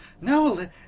no